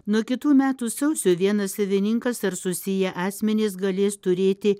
nuo kitų metų sausio vienas savininkas ar susiję asmenys galės turėti